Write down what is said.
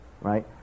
right